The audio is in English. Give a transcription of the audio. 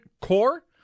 core